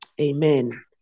Amen